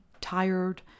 tired